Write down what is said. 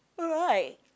right